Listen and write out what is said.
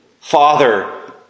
father